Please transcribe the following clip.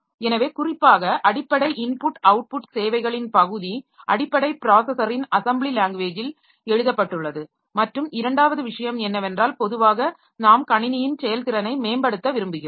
எனவே குறிப்பாக அடிப்படை இன்புட் அவுட்புட் சேவைகளின் பகுதி அடிப்படை ப்ராஸஸரின் அசெம்பிளி லாங்வேஜில் எழுதப்பட்டுள்ளது மற்றும் இரண்டாவது விஷயம் என்னவென்றால் பொதுவாக நாம் கணினியின் செயல்திறனை மேம்படுத்த விரும்புகிறோம்